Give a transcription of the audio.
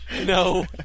No